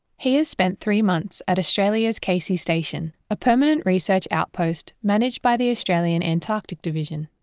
he has spent three months at australia's casey station, a permanent research outpost managed by the australian antarctic division.